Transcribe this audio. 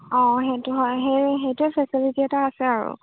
অঁ সেইটো হয় সেই সেইটোৱে ফেচিলিটি এটা আছে আৰু